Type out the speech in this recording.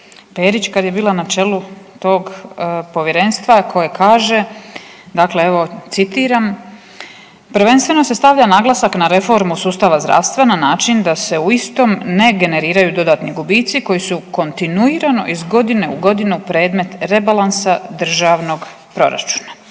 Perić kad je bila na čelu tog Povjerenstva koje kaže, dakle evo, citiram, prvenstveno se stavlja naglasak na reformu sustava zdravstva na način da se u istom ne generiraju dodatni gubitci koji su kontinuirano iz godine u godinu predmet rebalansa državnog proračuna.